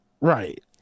right